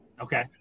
Okay